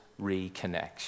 reconnection